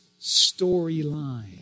storyline